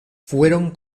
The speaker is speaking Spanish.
fueron